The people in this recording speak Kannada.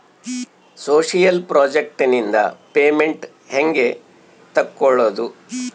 ಸೋಶಿಯಲ್ ಪ್ರಾಜೆಕ್ಟ್ ನಿಂದ ಪೇಮೆಂಟ್ ಹೆಂಗೆ ತಕ್ಕೊಳ್ಳದು?